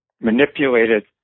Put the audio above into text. manipulated